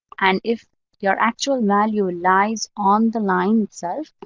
and if your actual value lies on the line itself,